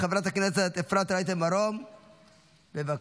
חברת הכנסת אפרת רייטן מרום, בבקשה.